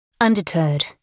Undeterred